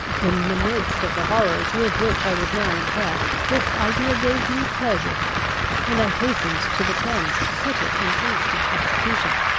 in the midst of the horrors with which i was now impressed, this idea gave me pleasure and i hastened to the thames to put it in instant execution.